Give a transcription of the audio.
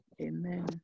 Amen